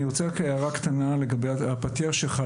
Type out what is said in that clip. אני רוצה רק הערה קטנה לגבי הפתיח שלך,